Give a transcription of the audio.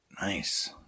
Nice